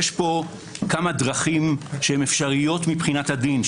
יש פה כמה דרכים אפשריות מבחינת הדין.